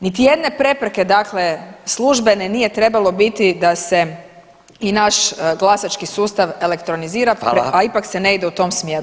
Niti jedne prepreke dakle službene nije trebalo biti da se naš glasački sustav elektronizira [[Upadica: Hvala.]] a ipak se ne ide u tom smjeru.